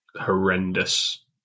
horrendous